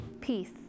peace